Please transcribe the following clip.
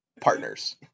partners